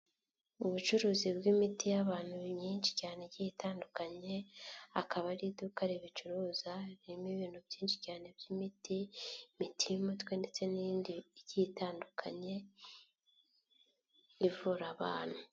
Ubucuruzi bw'imiti y'abantu myinshi cyane, itandukanye akaba ari iduka ribicuruza ririmo ibintu byinshi cyane by'imiti bitiye umutwe ndetse n'indi ikitandukanyeivura abantu.